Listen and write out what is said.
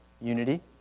unity